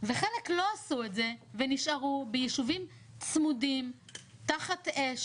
וחלק לא עשו את זה ונשארו בישובים צמודים תחת אש,